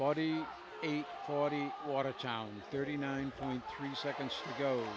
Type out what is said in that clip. body eight forty watertown thirty nine point three seconds